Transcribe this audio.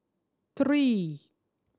three